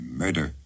murder